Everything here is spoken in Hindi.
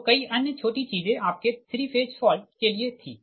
तोकई अन्य छोटी चीजें आपके 3 फेज फॉल्ट के लिए थी